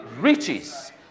riches